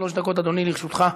שלוש דקות, אדוני, לרשותך.